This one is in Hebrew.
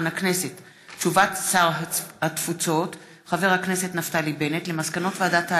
הודעת שר התפוצות נפתלי בנט על מסקנות ועדת העלייה,